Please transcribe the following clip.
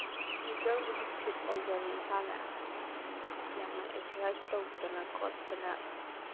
ꯐꯤꯖꯤꯀꯦꯜꯕꯨꯗꯤ fit ꯑꯣꯏꯖꯔꯦ ꯏꯁꯥꯅ ꯌꯥꯝꯅ ꯑꯦꯛꯁꯔꯁꯥꯏꯁ ꯇꯧꯗꯅ ꯈꯣꯠꯇꯅ